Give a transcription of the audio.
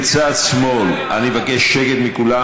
בצד שמאל אני מבקש שקט מכולם,